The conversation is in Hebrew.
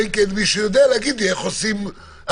אלא אם כן מישהו יודע להגיד לי איך עושים אכיפה